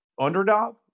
underdog